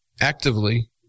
actively